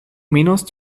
menos